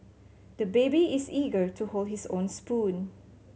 the baby is eager to hold his own spoon